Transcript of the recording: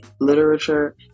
literature